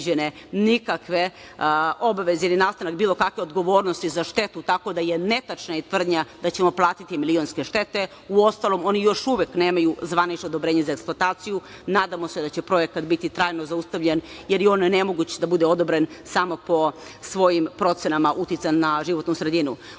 nikakve obaveze ili nastanak bilo kakve odgovornosti za štetu, tako da je netačna i tvrdnja da ćemo platiti milionske štete. Uostalom, oni još uvek nemaju zvanično odobrenje za eksploataciju. Nadamo se da će projekat biti trajno zaustavljen, jer je on nemoguć da bude odobren samo po svojim procenama uticaja na životnu sredinu. Uredba